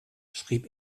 schrieb